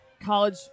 college